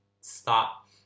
stop